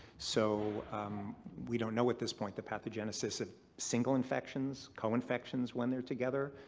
so we don't know at this point the pathogenesis of single infections, co-infections when they're together,